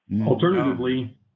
Alternatively